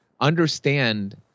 understand